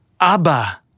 Abba